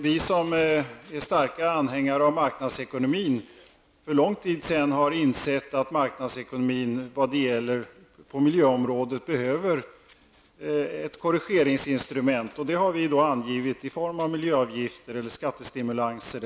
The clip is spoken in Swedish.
Vi som är starka anhängare till marknadsekonomin har för länge sedan insett att marknadsekonomin på miljöområdet behöver ett korrigeringsinstrument, och ett sådant har vi angett i form av miljöavgifter eller skattestimulanser.